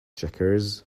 checkers